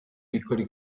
piccoli